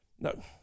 No